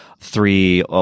three